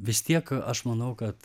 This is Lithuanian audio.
vis tiek aš manau kad